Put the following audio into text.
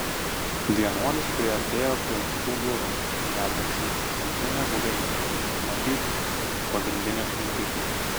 vienuolis priartėjo prie aukštų durų vedančių į centrinę buveinę matyt pagrindinę šventyklą